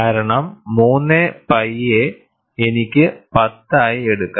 കാരണം 3 പൈ യെ എനിക്ക് 10 ആയി എടുക്കാം